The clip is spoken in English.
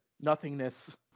nothingness